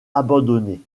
abandonnée